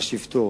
אבל תפתור.